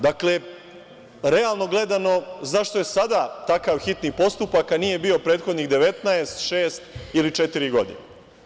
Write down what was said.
Dakle, realno gledano, zašto je sada takav hitni postupak, a nije bio prethodnih 19, šest ili četiri godine?